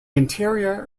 interior